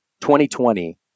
2020